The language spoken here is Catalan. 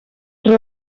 dos